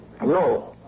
No